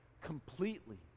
completely